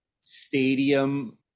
stadium